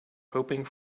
hoping